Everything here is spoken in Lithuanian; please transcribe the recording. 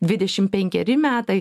dvidešim penkeri metai